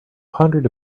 pondered